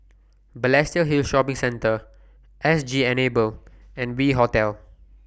Balestier Hill Shopping Centre S G Enable and V Hotel